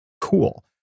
Cool